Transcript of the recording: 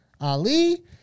Ali